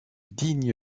digne